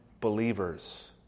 believers